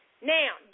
Now